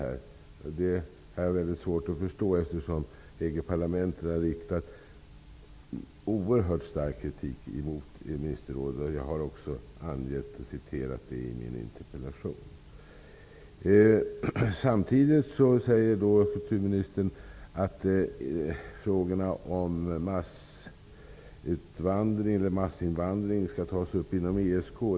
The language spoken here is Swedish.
Jag har väldigt svårt att förstå det, eftersom EG parlamentet har riktat oerhört stark kritik mot ministerrådet, vilket jag också har angett i min interpellation. Samtidigt säger kulturministern att frågorna om massinvandring skall tas upp inom ESK.